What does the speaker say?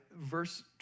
verse